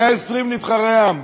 120 נבחרי העם,